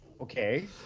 Okay